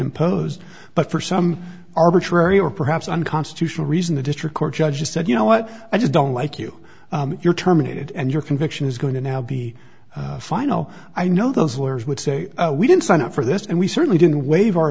imposed but for some arbitrary or perhaps unconstitutional reason the district court judge just said you know what i just don't like you if you're terminated and your conviction is going to now be fine no i know those lawyers would say we didn't sign up for this and we certainly didn't wave our